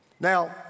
Now